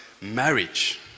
marriage